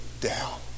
down